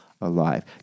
alive